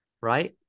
right